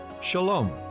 Shalom